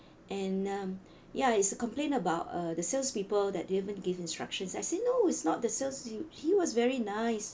and um ya it's a complaint about uh the salespeople that they haven't give instructions I said no is not the sales you he was very nice